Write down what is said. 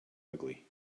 ugly